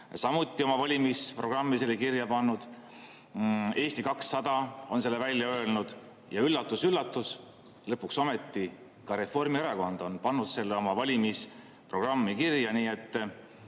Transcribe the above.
samuti oma valimisprogrammi selle kirja pannud. Ka Eesti 200 on selle välja öelnud. Ja üllatus-üllatus, lõpuks ometi ka Reformierakond on pannud selle oma valimisprogrammi kirja.